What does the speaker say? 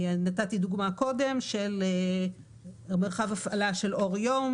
נתתי דוגמה קודם על מרחב הפעלה של אור יום,